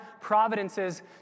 providences